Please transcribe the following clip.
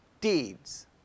deeds